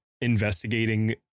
investigating